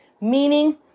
Meaning